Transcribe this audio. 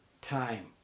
time